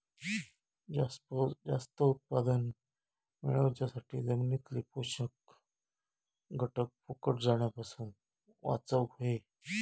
जास्त उत्पादन मेळवच्यासाठी जमिनीतले पोषक घटक फुकट जाण्यापासून वाचवक होये